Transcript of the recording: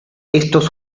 estos